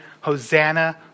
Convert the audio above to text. Hosanna